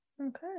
Okay